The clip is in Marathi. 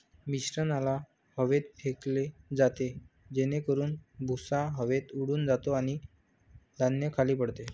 मिश्रणाला हवेत फेकले जाते जेणेकरून भुसा हवेत उडून जातो आणि धान्य खाली पडते